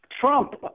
Trump